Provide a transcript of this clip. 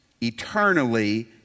eternally